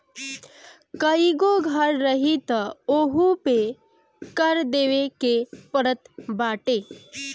कईगो घर रही तअ ओहू पे कर देवे के पड़त बाटे